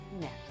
next